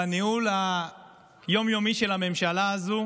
בניהול היום-יומי של הממשלה הזו.